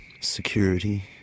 security